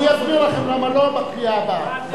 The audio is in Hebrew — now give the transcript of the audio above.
אני אסביר לכם למה לא בקריאה הבאה.